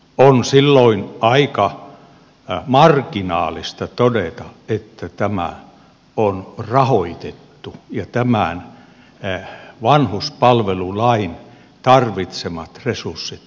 on silloin aika marginaalista todeta että tämä on rahoitettu ja tämän vanhuspalvelulain tarvitsemat resurssit on turvattu